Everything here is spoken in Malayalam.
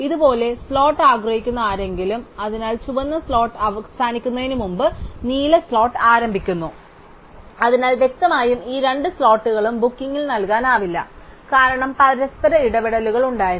അതിനാൽ ഇത് പോലെ സ്ലോട്ട് ആഗ്രഹിക്കുന്ന ആരെങ്കിലും അതിനാൽ ചുവന്ന സ്ലോട്ട് അവസാനിക്കുന്നതിനുമുമ്പ് നീല സ്ലോട്ട് ആരംഭിക്കുന്നു അതിനാൽ വ്യക്തമായും ഈ രണ്ട് സ്ലോട്ടുകളും ബുക്കിംഗിൽ നൽകാനാവില്ല കാരണം പരസ്പരം ഇടപെടലുകൾ ഉണ്ടായിരുന്നു